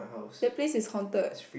that place is haunted